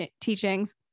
teachings